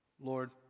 Lord